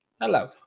Hello